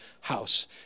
house